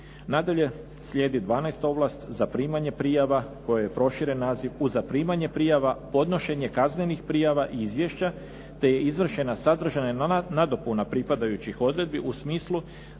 Nadalje, slijedi dvanaesta ovlast zaprimanje prijava kojoj je proširen naziv u zaprimanje prijava, podnošenje kaznenih prijava i izvješća te je izvršena sadržana i nadopuna pripadajućih odredbi u smislu